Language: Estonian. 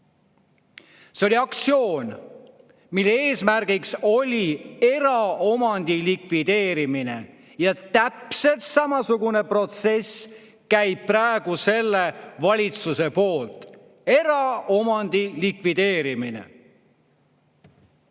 See oli aktsioon, mille eesmärk oli eraomandi likvideerimine. Täpselt samasugune protsess käib praegu selle valitsuse poolt – eraomandi likvideerimine.